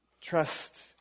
Trust